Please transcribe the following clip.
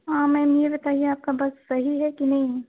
हाँ मैम ये बताईए आपका बस सही है कि नहीं